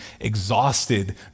exhausted